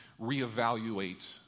reevaluate